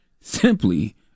simply